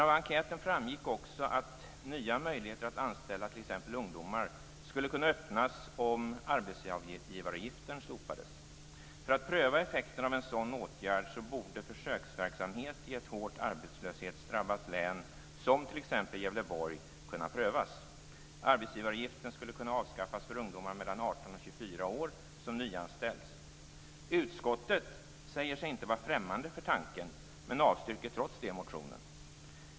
Av enkäten framgick dock klart att nya möjligheter att anställa t.ex. ungdomar skulle kunna öppnas om arbetsgivaravgiften slopades. För att pröva effekterna av en sådan åtgärd borde försöksverksamhet i ett hårt arbetslöshetsdrabbat län som Gävleborg kunna prövas. Arbetsgivaravgiften skulle kunna avskaffas för ungdomar mellan 18 och 24 år som nyanställs. Utskottet säger sig inte vara främmande för tanken men avstyrker trots det motionen.